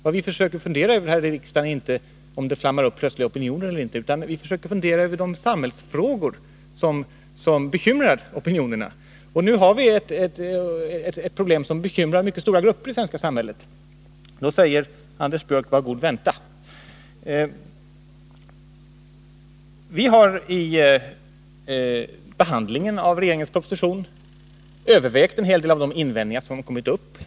Vad vi försöker fundera över här i riksdagen är inte om det flammar upp några plötsliga opinioner eller inte, utan vi försöker fundera över de samhällsfrågor som bekymrar opinionerna. Nu har vi ett problem som bekymrar mycket stora grupper i samhället, men då säger Anders Björck: Var god vänta! Vi har vid behandlingen av regeringens proposition övervägt en hel del av de invändningar som kommit upp.